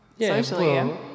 socially